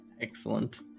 Excellent